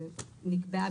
נקבעה